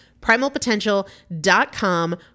Primalpotential.com